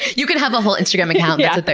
you can have a whole instagram account yeah